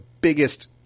biggest